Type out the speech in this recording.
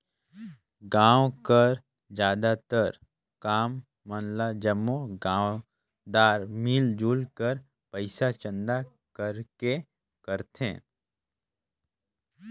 गाँव कर जादातर काम मन ल जम्मो गाँवदार मिलजुल कर पइसा चंदा करके करथे